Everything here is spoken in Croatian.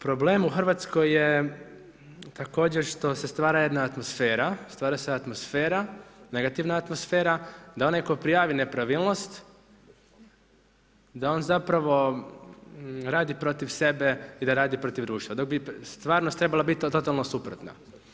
Problem u Hrvatskoj je također što se stvara jedna atmosfera, negativna atmosfera da onaj tko prijavi nepravilnost, da on zapravo radi protiv sebe i da radi protiv društva dok bi stvarnost trebala biti totalno suprotna.